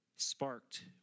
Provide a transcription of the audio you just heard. sparked